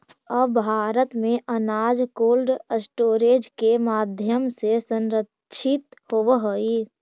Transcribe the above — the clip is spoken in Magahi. अब भारत में अनाज कोल्डस्टोरेज के माध्यम से संरक्षित होवऽ हइ